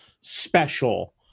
special